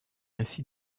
ainsi